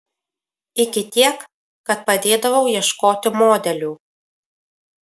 iki tiek kad padėdavau ieškoti modelių